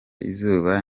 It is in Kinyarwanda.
izuba